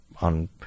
on